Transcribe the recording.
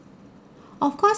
of course